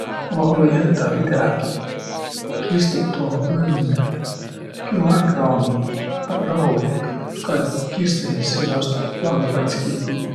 Oh, olõ-õi hätä midägiq! Kilstuq toovaq õnnõ. Külh ma ärq kraami. Olõq rahulik! Kaeq, et kilstõ sisse ei astuq ja jalga katski ei tiiq.